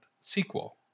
sequel